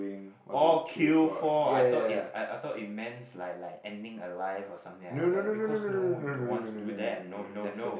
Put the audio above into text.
orh queue for I thought is I I thought it meant like like ending a life or something like that because no you don't want to do that no no no